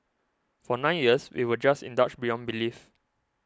for nine years we were just indulged beyond belief